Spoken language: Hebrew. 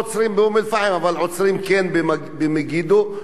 אבל כן עוצרים במגידו או בברקאי למשל.